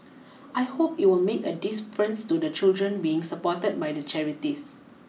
I hope it will make a difference to the children being supported by the charities